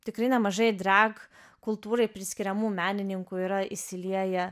tikrai nemažai drag kultūrai priskiriamų menininkų yra įsilieję